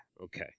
Okay